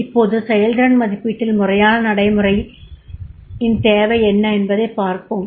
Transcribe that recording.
இப்போது செயல்திறன் மதிப்பீட்டில் முறையான நடைமுறையின் தேவை என்ன என்பதைப் பார்ப்போம்